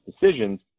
decisions